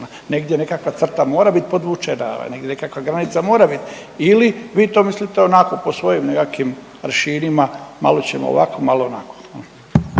Negdje nekakva crta mora biti podvučena, nekakva granica mora biti. Ili vi to mislite onako po svojim nekakvim … /ne razumije se/ … malo ćemo ovako, malo onako?